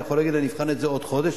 אני יכול להגיד: אני אבחן את זה בעוד חודש.